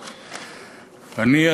אני,